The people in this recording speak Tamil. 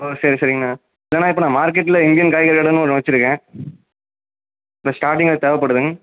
ஓ சரி சரிங்ணா இல்லைணா இப்போ நான் மார்க்கெட்டில் இண்டியன் காய்கறி கடைனு ஒன்று வச்சுருக்கன் இந்த ஸ்டார்டிங்கில் தேவைப்படுதுங்